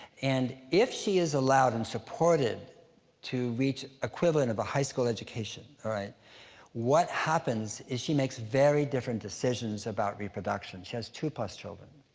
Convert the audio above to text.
and if she is allowed and supported to reach equivalent of a high school education, what happens is she makes very different decisions about reproduction. she has two-plus children.